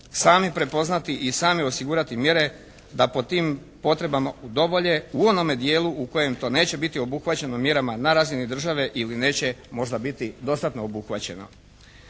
sami prepoznati i sami osigurati mjere da po tim potrebama udovolje u onome dijelu u kojem to neće biti obuhvaćeno mjerama na razini državi ili neće možda biti dostatno obuhvaćena.